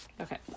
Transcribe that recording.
Okay